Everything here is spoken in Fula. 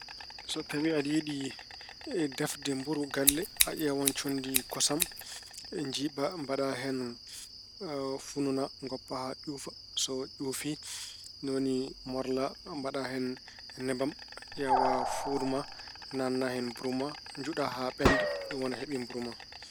So tawi aɗa yiɗi defde mburu galle, a ƴeewan conndi kosam- njiiɓa, mbaɗa hen fununa, ngoppa haa ƴuufa. So ƴuufii, ni woni morla, mbaɗa hen nebam. Ƴeewa fuur ma, naatna hen mburu ma. Njuɗa haa ɓennda. Ɗum woni a heɓi mburu ma.